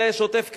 זה שוטף כלים.